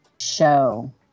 show